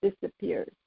disappears